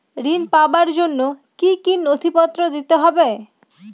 ঋণ পাবার জন্য কি কী নথিপত্র দিতে হবে?